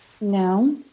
No